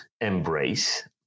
embrace